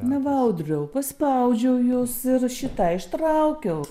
na va audriau paspaudžiau jus ir šį tą ištraukiau